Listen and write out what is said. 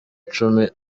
icumi